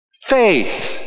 faith